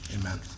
Amen